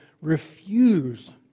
refuse